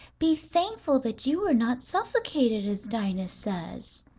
be thankful that you were not suffocated, as dinah says.